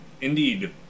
Indeed